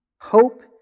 Hope